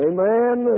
Amen